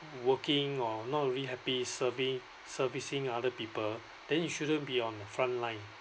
working or not really happy serving servicing other people then you shouldn't be on the front line